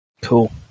Cool